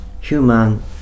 human